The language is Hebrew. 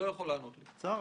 צר לי.